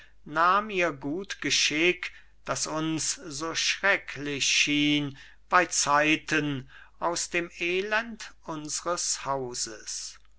nahm ihr gut geschick das uns so schrecklich schien bei zeiten aus dem elend unsers hauses